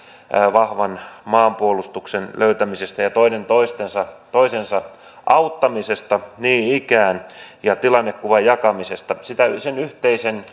vahvan maanpuolustuksen löytämisestä toinen toisensa auttamisesta niin ikään ja tilannekuvan jakamisesta sen yhteisen